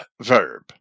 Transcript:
verb